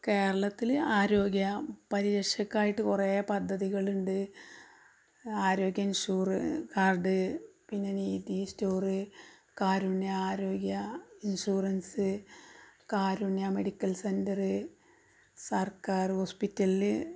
കേരളത്തിൽ ആരോഗ്യ പരിരക്ഷക്കായിട്ട് കുറേ പദ്ധതികളുണ്ട് ആരോഗ്യ ഇൻഷൂർ കാർഡ് പിന്നെ നീതി സ്റ്റോറ് കാരുണ്യ ആരോഗ്യ ഇൻഷുറൻസ് കാരുണ്യ മെഡിക്കൽ സെൻ്ററ് സർക്കാർ ഹോസ്പിറ്റലിൽ